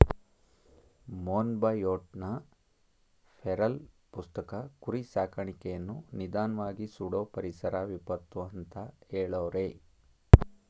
ಮೊನ್ಬಯೋಟ್ನ feral ಪುಸ್ತಕ ಕುರಿ ಸಾಕಾಣಿಕೆಯನ್ನು ನಿಧಾನ್ವಾಗಿ ಸುಡೋ ಪರಿಸರ ವಿಪತ್ತು ಅಂತ ಹೆಳವ್ರೆ